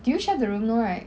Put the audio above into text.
do you share the room no right